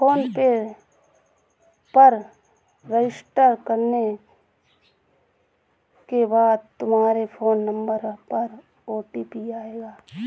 phone पे पर register करने के बाद तुम्हारे फोन नंबर पर ओ.टी.पी आएगा